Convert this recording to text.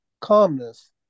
calmness